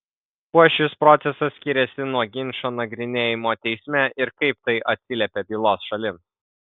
kuo šis procesas skiriasi nuo ginčo nagrinėjimo teisme ir kaip tai atsiliepia bylos šalims